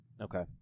Okay